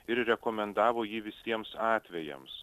ir rekomendavo jį visiems atvejams